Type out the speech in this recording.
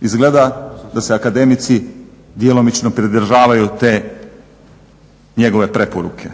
Izgleda da se akademici djelomično pridržavaju te njegove preporuke.